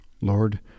Lord